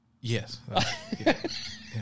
Yes